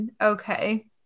okay